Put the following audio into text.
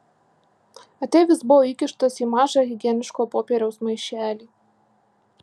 ateivis buvo įkištas į mažą higieniško popieriaus maišelį